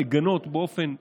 ולגנות באופן אישי,